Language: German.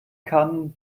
kann